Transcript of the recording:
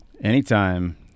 anytime